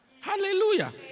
Hallelujah